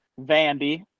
Vandy